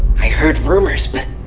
i heard rumors. but.